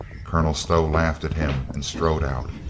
colonel stow laughed at him and strode out.